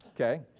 Okay